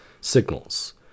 signals